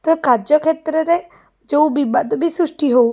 ତ କାର୍ଯ୍ୟକ୍ଷେତ୍ରରେ ଯେଉଁ ବିବାଦ ବି ସୃଷ୍ଟି ହେଉ